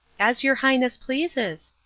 as your highness pleases,